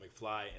McFly